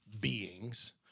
beings